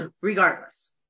regardless